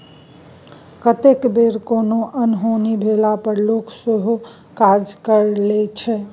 कतेक बेर कोनो अनहोनी भेला पर लोक सेहो करजा लैत छै